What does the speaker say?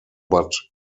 but